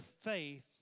faith